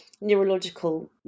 neurological